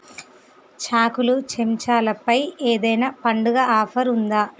చాకులు చెంచాలపై ఏదైనా పండుగ ఆఫర్ ఉందా